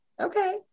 okay